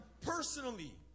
personally